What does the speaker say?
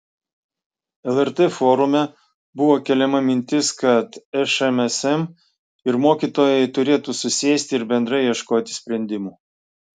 lrt forume buvo keliama mintis kad šmsm ir mokytojai turėtų susėsti ir bendrai ieškoti sprendimų